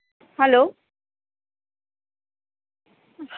hello